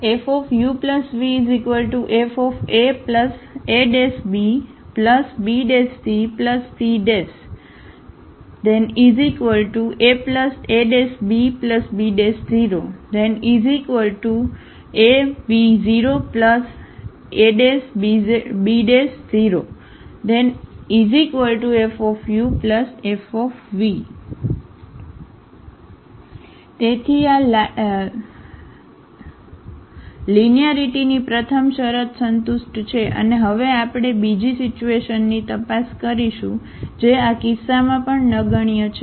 FuvFaabbcc aabb0 ab0ab0 FuF તેથી આ લાઇનરિટીની પ્રથમ શરત સંતુષ્ટ છે અને હવે આપણે બીજી સિચ્યુએશનિની તપાસ કરીશું જે આ કિસ્સામાં પણ નગણ્ય છે